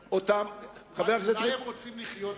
אולי הם רוצים לחיות,